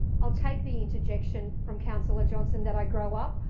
i'll take the interjection from councillor johnston that i grow up.